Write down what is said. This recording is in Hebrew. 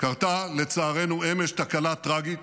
קרתה לצערנו אמש תקלה טרגית.